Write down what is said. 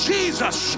Jesus